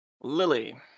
Lily